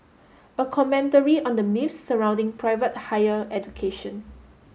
a commentary on the myths surrounding private higher education